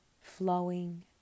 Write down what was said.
flowing